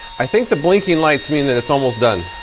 i think the blinking lights mean that it's almost done.